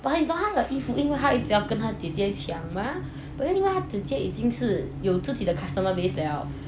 but 你懂他的衣服他一直要跟他姐姐抢吗 but then 他姐姐已经是有自己的 customer base 了